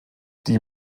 die